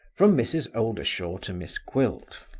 from mrs. oldershaw to miss gwilt.